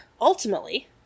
ultimately